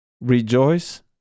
Rejoice